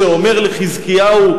שאומר לחזקיהו,